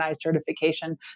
certification